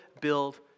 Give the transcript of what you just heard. build